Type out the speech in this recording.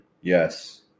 Yes